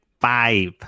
five